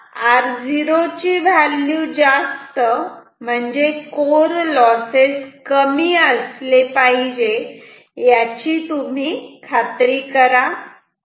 आता R0 ची value जास्त म्हणजे कोर लॉसेस कमी असले पाहिजे याची तुम्ही खात्री करा